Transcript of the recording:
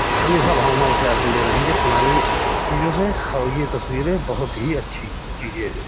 हमेशा भावनाओं से आप जुड़े रहेंगे पुरानी चीज़ों से और ये तस्वीरें बहोत ही अच्छी चीज़ें हैं